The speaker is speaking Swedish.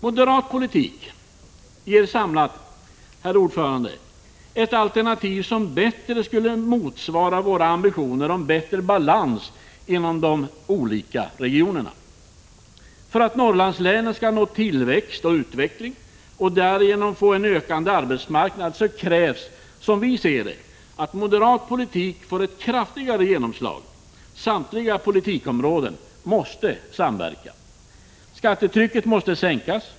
Moderat politik ger samlat ett alternativ som bättre skulle motsvara våra ambitioner om bättre balans inom de olika regionerna. För att Norrlandslänen skall nå tillväxt och utveckling och därigenom få en ökande arbetsmarknad, krävs det, som vi ser det, att moderat politik får ett kraftigare genomslag. Samtliga politikområden måste samverka. O Skattetrycket måste sänkas.